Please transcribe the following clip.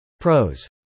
Pros